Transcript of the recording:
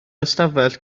ystafell